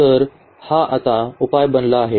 तर हा आता उपाय बनला आहे